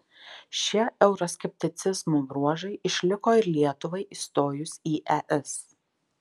šie euroskepticizmo bruožai išliko ir lietuvai įstojus į es